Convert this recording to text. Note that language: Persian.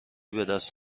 بدست